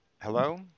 Hello